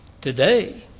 Today